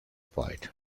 poet